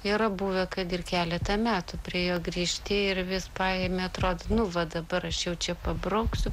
yra buvę kad ir keletą metų priėjo grįžti ir vis paėmi atrodo nu va dabar aš jau čia pabrauksiu